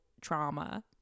trauma